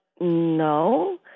no